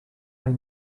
neu